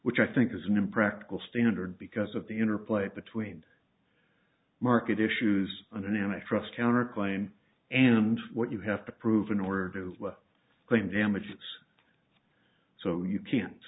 which i think is an impractical standard because of the interplay between market issues and an actress counterclaim and what you have to prove in order to claim damages so you can't